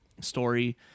story